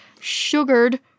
sugared